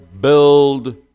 build